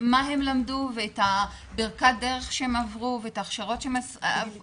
מה הן למדו את כברת דרך שהן עברו ואת ההכשרות שהן עברו